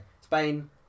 Spain